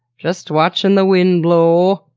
just watching the wind blow.